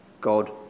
God